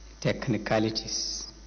technicalities